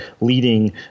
leading